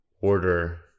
order